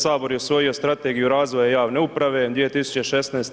Sabor je usvojio Strategiju razvoja javne uprave, 2016.